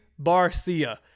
Barcia